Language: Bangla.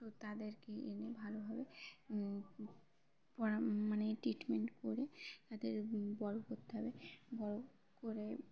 তো তাদেরকে এনে ভালোভাবে পড়া মানে ট্রিটমেন্ট করে তাদের বড় করতে হবে বড় করে